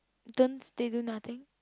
don't they do nothing